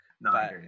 No